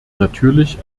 natürlich